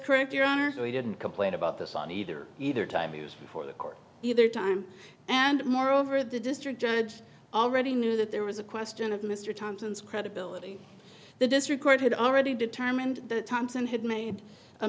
correct your honor so he didn't complain about this on either either time he was before the court either time and moreover the district judge already knew that there was a question of mr thompson's credibility the district court had already determined that thompson had made a